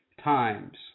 times